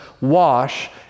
wash